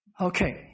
Okay